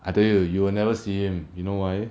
I tell you you will never see him you know why